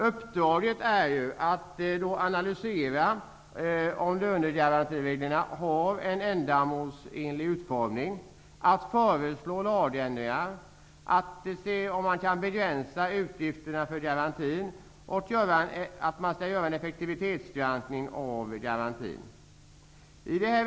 Uppdraget för utredningen är att analysera om lönegarantireglerna är ändamålsenligt utformade, att föreslå lagändringar, att undersöka om utgifterna för garantin går att begränsa och att göra en effektivitetsgranskning av garantibestämmelserna.